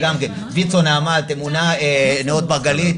ויצ"ו, נעמ"ת, אמונה, נאות מרגלית